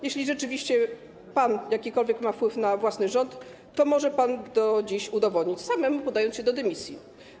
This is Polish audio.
Jeśli rzeczywiście ma pan jakikolwiek wpływ na własny rząd, to może pan to dziś udowodnić - samemu podając się do dymisji.